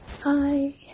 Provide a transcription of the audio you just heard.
Hi